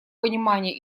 понимания